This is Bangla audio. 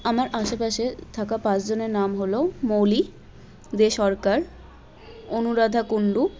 আমার আশেপাশে থাকা পাঁচজনের নাম হলো মৌলি দে সরকার অনুরাধা কুণ্ডু